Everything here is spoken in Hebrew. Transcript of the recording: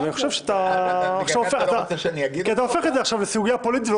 אתה הופך את זה עכשיו לסוגיה פוליטית ולא